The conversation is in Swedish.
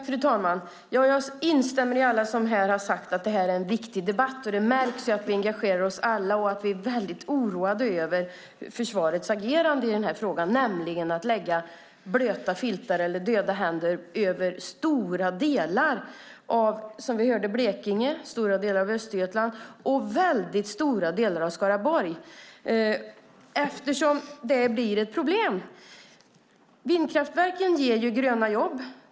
Fru talman! Jag instämmer med alla som har sagt att det här är en viktig debatt. Det märks att vi alla engagerar oss och att vi är oroade över försvarets agerande i den här frågan. Man lägger en död hand över stora delar av Blekinge och Östergötland och över väldigt stora delar av Skaraborg. Vindkraftverken ger gröna jobb.